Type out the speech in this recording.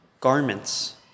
garments